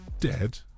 dead